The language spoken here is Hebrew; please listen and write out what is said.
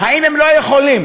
האם הם לא יכולים,